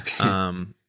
Okay